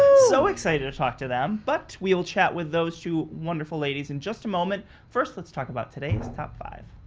so excited to talk to them, but we'll chat with those two wonderful ladies in just a moment. first let's talk about today's top five.